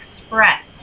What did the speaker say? Express